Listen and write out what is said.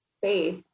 faith